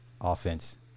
Offense